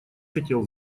хотел